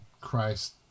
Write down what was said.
Christ